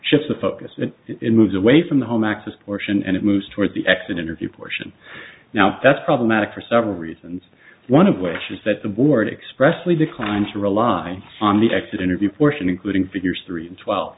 shifts the focus it moves away from the home axis portion and it moves towards the exit interview portion now that's problematic for several reasons one of which is that the board expressly declined to rely on the exit interview portion including figures three and twelve